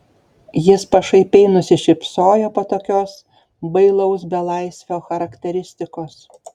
jis pašaipiai nusišypsojo po tokios bailaus belaisvio charakteristikos